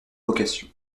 vocation